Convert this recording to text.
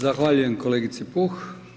Zahvaljujem kolegici Puh.